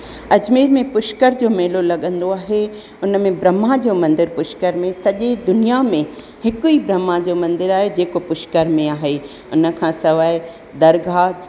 अजमेर में पुष्कर जो मेलो लॻंदो आहे उन में ब्रह्मा जो मंदरु पुष्कर में सॼी दुनिया में हिकु ई ब्रह्मा जो मंदरु आहे जेको पुष्कर में आहे उन खां सवाइ दरगाह